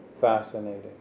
fascinating